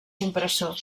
compressor